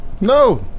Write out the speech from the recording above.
no